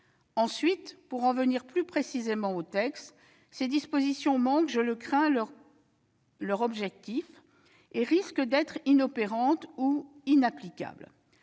élection. Pour en venir plus précisément au texte, ses dispositions manquent, je le crains, leur objectif et risquent d'être inopérantes ou inapplicables.